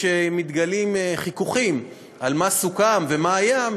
כשמתגלעים חיכוכים על מה סוכם ומה היה,